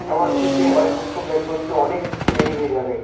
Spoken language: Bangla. এমন কি সেই হয় পত্র বের করতে অনেক দেরি হয়ে যাবে